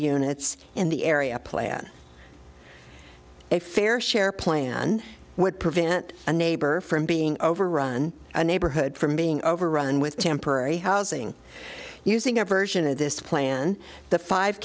units in the area plan a fair share plan would prevent a neighbor from being overrun a neighborhood from being overrun with temporary housing using ever this plan the five